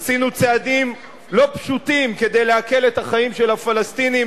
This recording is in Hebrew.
עשינו צעדים לא פשוטים כדי להקל את החיים של הפלסטינים,